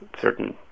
certain